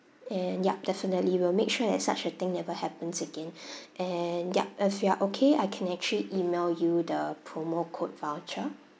and yup definitely we'll make sure that such a thing never happens again and yup if you are okay I can actually email you the promo code voucher